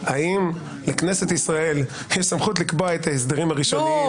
האם לכנסת ישראל יש סמכות לקבוע את ההסדרים הראשוניים?